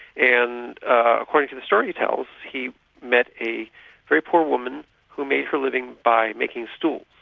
and according to the story he tells, he met a very poor woman who made her living by making stools,